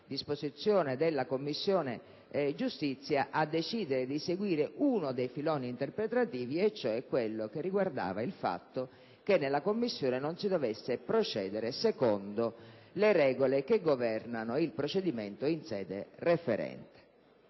disposizione della Commissione giustizia a decidere di seguire uno dei filoni interpretativi e cioè quello che riguardava il fatto che nella Commissione non si dovesse procedere secondo le regole che governano il procedimento in sede referente.